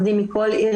דינמי